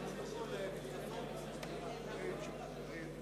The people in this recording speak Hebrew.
נא לצלצל.